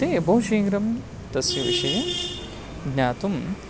ते बहुशीघ्रं तस्य विषये ज्ञातुम्